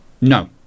No